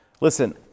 Listen